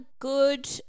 good –